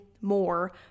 more